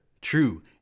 True